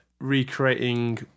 recreating